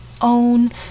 own